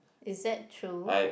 is that true